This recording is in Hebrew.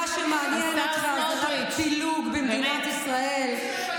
מה שמעניין אותך זה רק פילוג במדינת ישראל,